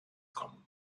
kommen